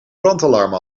brandalarm